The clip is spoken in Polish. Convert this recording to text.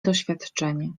doświadczenie